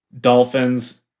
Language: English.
Dolphins